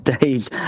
days